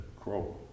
crow